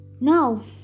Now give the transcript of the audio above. Now